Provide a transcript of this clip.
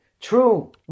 True